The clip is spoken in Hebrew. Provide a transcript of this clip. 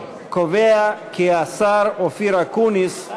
קובע כי